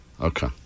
Okay